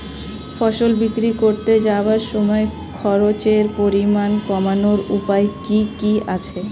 ফসল বিক্রি করতে যাওয়ার সময় খরচের পরিমাণ কমানোর উপায় কি কি আছে?